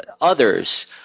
others